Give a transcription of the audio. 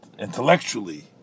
intellectually